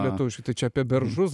lietuviškai tai čia apie beržus